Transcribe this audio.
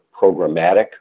programmatic